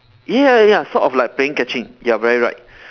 ya ya ya sort of like playing catching you are very right